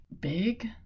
big